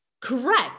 Correct